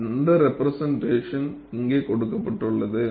அந்த ரெப்ரெசென்ட்டேஷன் இங்கே கொடுக்கப்பட்டுள்ளது